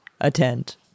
attend